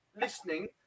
listening